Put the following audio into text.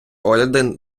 погляди